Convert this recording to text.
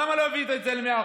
למה לא הבאת את זה ל-100%?